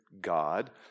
god